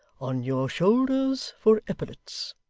on your shoulders for epaulettes